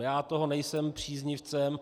Já toho nejsem příznivcem.